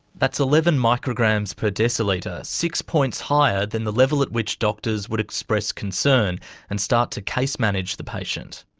that's eleven micrograms per decilitre, six points higher than the level at which doctors would express concern and start to case manage the patient.